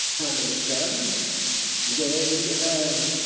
हा नमश्कार जय झूलेलाल